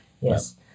Yes